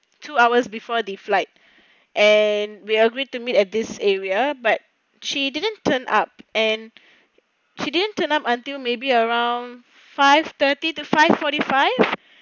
two hours before the flight and we agreed to meet at this area but she didn't turn up and she didn't turn up until maybe around five thirty to five forty five